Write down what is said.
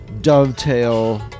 dovetail